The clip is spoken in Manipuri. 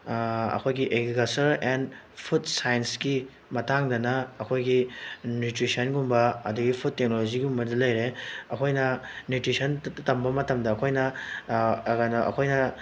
ꯑꯩꯈꯣꯏꯒꯤ ꯑꯦꯒ꯭ꯔꯤꯀꯜꯆꯔ ꯑꯦꯟꯗ ꯐꯨꯗ ꯁꯥꯏꯟꯁꯀꯤ ꯃꯇꯥꯡꯗꯅ ꯑꯩꯈꯣꯏꯒꯤ ꯅ꯭ꯌꯨꯇ꯭ꯔꯤꯁꯟꯒꯨꯝꯕ ꯑꯗꯒꯤ ꯐꯨꯗ ꯇꯦꯛꯅꯣꯂꯣꯖꯤꯒꯨꯝꯕꯗ ꯂꯩꯔꯦ ꯑꯩꯈꯣꯏꯅ ꯅ꯭ꯌꯨꯇ꯭ꯔꯤꯁꯟ ꯇꯝꯕ ꯃꯇꯝꯗ ꯑꯩꯈꯣꯏꯅ ꯀꯩꯅꯣ ꯑꯩꯈꯣꯏꯅ